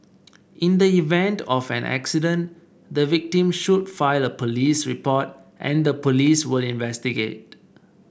in the event of an accident the victim should file a police report and the police will investigate